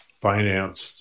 financed